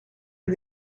did